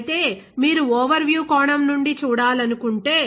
అయితే మీరు overview కోణం నుండి చూడాలనుకుంటే